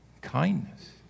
kindness